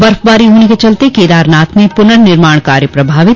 बर्फबारी होने के चलते केदारनाथ में प्नर्निर्माण कार्य प्रभावित